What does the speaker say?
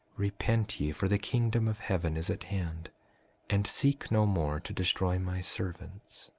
repent ye, for the kingdom of heaven is at hand and seek no more to destroy my servants.